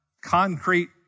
concrete